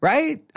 Right